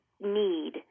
need